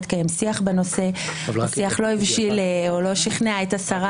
התקיים שיח בנושא והשיח לא הבשיל או לא שכנע את השרה